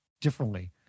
differently